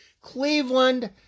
Cleveland